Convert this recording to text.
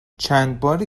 چندباری